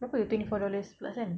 berapa the twenty four dollars plus kan